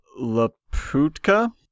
laputka